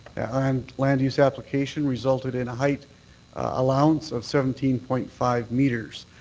and land use application resulted in a height allowance of seventeen point five metres.